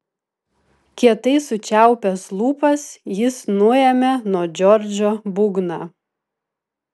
kietai sučiaupęs lūpas jis nuėmė nuo džordžo būgną